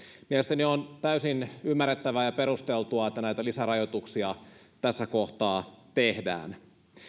mielestäni on täysin ymmärrettävää ja perusteltua että näitä lisärajoituksia tässä kohtaa tehdään